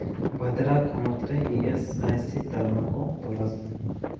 ᱵᱷᱟᱫᱨᱟᱠ ᱦᱚᱱᱚᱛ ᱨᱮ E S I C ᱛᱟᱞᱢᱟ ᱠᱚ ᱛᱚᱞᱟᱥ ᱢᱮ